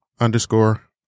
underscore